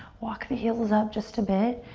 walk the heels up just a bit.